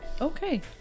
Okay